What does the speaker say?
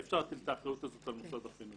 אי אפשר להטיל את האחריות הזאת על מוסד החינוך.